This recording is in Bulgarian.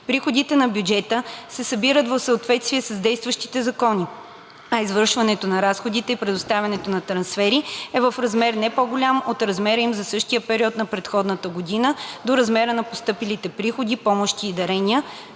приходите на бюджета се събират в съответствие с действащите закони, а извършването на разходите и предоставянето на трансфери е в размер, не по-голям от размера им за същия период на предходната година до размера на постъпилите приходи, помощи и дарения,